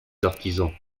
artisans